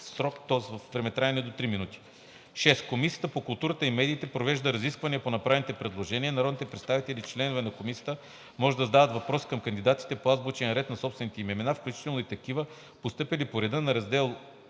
на длъжността – до 3 минути. 6. Комисията по културата и медиите провежда разисквания по направените предложения. Народните представители, членове на комисията, може да задават въпроси към кандидатите по азбучен ред на собствените им имена, включително и такива, постъпили по реда на раздел